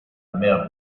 mer